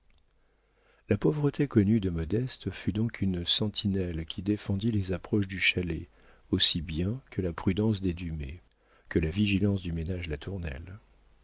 la pauvreté connue de modeste fut donc une sentinelle qui défendit les approches du chalet aussi bien que la prudence des dumay que la vigilance du ménage latournelle